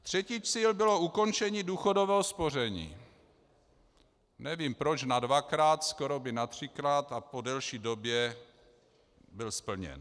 Třetí cíl bylo ukončení důchodového spoření, nevím proč nadvakrát, skoro i natřikrát a po delší době byl splněn.